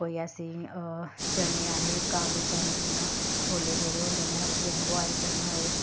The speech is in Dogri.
कोई असें चने असें कावली चने जियां छोले जेह्ड़े होंदे न उसी असें बोआयल करना होए